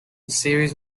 series